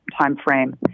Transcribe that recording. timeframe